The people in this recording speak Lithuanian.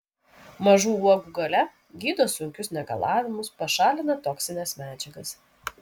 mažų uogų galia gydo sunkius negalavimus pašalina toksines medžiagas